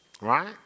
right